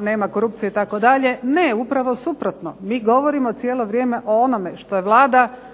nema korupcije itd. ne upravo suprotno mi govorimo cijelo vrijeme o onome što je Vlada